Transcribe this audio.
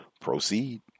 proceed